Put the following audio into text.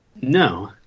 No